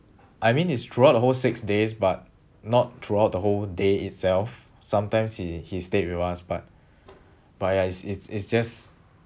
I mean it's throughout the whole six days but not throughout the whole day itself sometimes he he stayed with us but but ya it's it's it's just